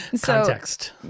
context